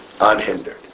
unhindered